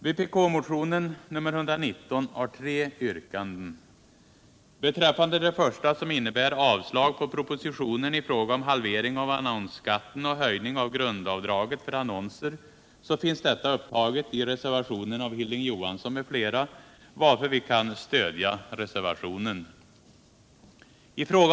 Vpk-motionen 119 innehåller tre yrkanden. Det första, som innebär avslag på propositionens förslag om halvering av annonsskatten och höjning av grundavdraget för annonser, finns upptaget i reservationen av Hilding Johansson m.fl., varför vi kan stödja den reservationen.